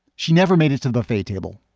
she never made it to the buffet table.